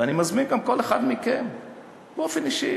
ואני מזמין גם כל אחד מכם באופן אישי,